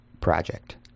project